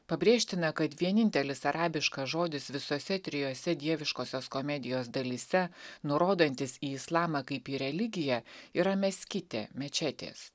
pabrėžtina kad vienintelis arabiškas žodis visose trijose dieviškosios komedijos dalyse nurodantis į islamą kaip į religiją yra meskiti mečetės